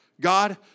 God